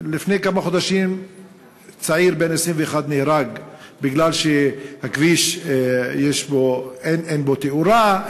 לפני כמה חודשים צעיר בן 21 נהרג מכיוון שהכביש אין בו תאורה,